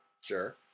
Sure